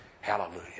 Hallelujah